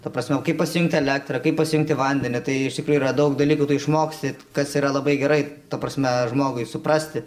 ta prasme kaip pasijungti elektrą kaip pasijungti vandenį tai iš tikrųjų yra daug dalykų tu išmoksi kas yra labai gerai ta prasme žmogui suprasti